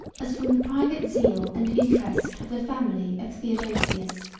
as from the private zeal and interest of the family of theodosius.